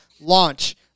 launch